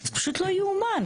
זה פשוט לא יאומן.